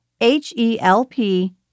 H-E-L-P